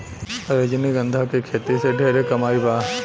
रजनीगंधा के खेती से ढेरे कमाई बा